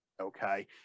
Okay